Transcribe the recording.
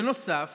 בנוסף